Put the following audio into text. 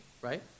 right